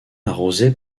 arrosée